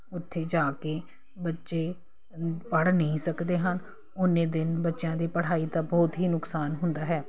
ਉੱਥੇ ਜਾ ਕੇ ਬੱਚੇ ਪੜ੍ਹ ਨਹੀਂ ਸਕਦੇ ਹਨ ਉਨੇ ਦਿਨ ਬੱਚਿਆਂ ਦੀ ਪੜ੍ਹਾਈ ਦਾ ਬਹੁਤ ਹੀ ਨੁਕਸਾਨ ਹੁੰਦਾ ਹੈ